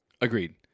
Agreed